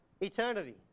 eternity